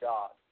God